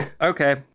Okay